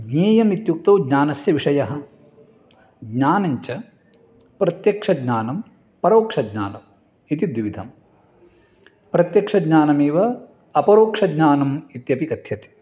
ज्ञेयमित्युक्तौ ज्ञानस्य विषयः ज्ञानञ्च प्रत्यक्षज्ञानं परोक्षज्ञानम् इति द्विविधं प्रत्यक्षज्ञानमेव अपरोक्षज्ञानम् इत्यपि कथ्यते